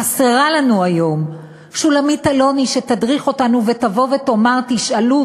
חסרה לנו היום שולמית אלוני שתדריך אותנו ותבוא ותאמר: תשאלו,